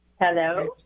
Hello